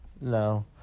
No